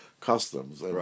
customs